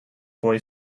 boy